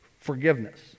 Forgiveness